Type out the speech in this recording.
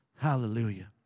Hallelujah